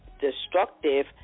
destructive